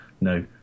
no